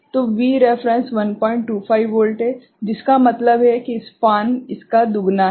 तो V reference 125 volt है जिसका मतलब है कि स्पान इसका दुगुना है